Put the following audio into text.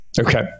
Okay